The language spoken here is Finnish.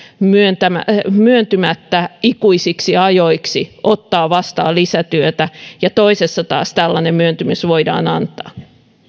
myöntymättä ikuisiksi ajoiksi ottamaan vastaan lisätyötä ja toisessa taas tällainen myöntymys voidaan antaa